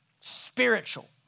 spiritual